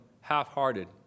half-hearted